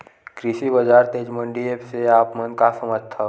कृषि बजार तेजी मंडी एप्प से आप मन का समझथव?